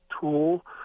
tool